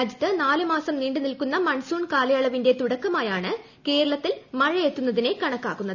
രാജൃത്ത് നാല് മാസം നീണ്ടു നിൽക്കുന്ന മൺസൂൺ കാലയളവിന്റെ തുടക്കമായാണ് കേരളത്തിൽ മഴയെത്തുന്നതിനെ കണക്കാക്കുന്നത്